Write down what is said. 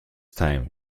time